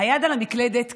היד על המקלדת קלה,